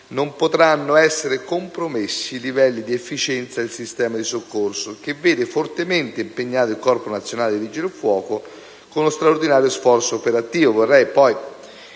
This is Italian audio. non potranno essere compromessi i livelli di efficienza del sistema di soccorso che vede fortemente impegnato il Corpo nazionale dei vigili del fuoco con uno straordinario sforzo operativo.